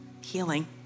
Healing